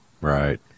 Right